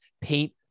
Paint